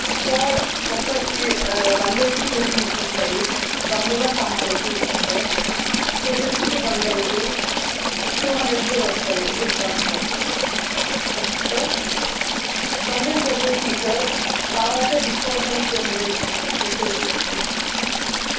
sir ఒక sheet one రూపీకి two sheets వస్తాయి బండిల్లో ఫైవ్ హండ్రెడ్ సీట్స్ ఉంటాయి టూ ఫిఫ్టీ బండిల్కి టూ హండ్రెడ్ కూడా వస్తుంది డిస్కౌంట్లో చెప్పు sir bundle two fifty sir కావాలంటే డిస్కౌంట్లో మీకు టూ హండ్రెడ్ ఇస్తాను సార్ ఫిఫ్టీ రూపీస్ డిస్కౌంట్